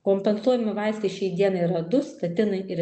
kompensuojami vaistai šiai dienai yra du statinai ir